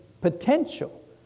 potential